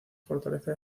fortaleza